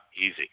easy